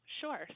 Sure